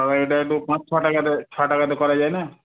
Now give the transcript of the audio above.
তা এটা একটু পাঁচ ছ টাকাতে ছ টাকাতে করা যায় না